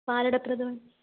പാലട പ്രഥമൻ